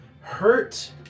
Hurt